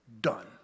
Done